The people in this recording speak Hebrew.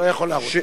אתה לא יכול להראות.